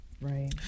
right